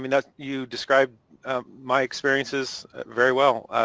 i mean that you described my experiences very well.